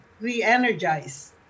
re-energize